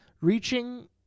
reaching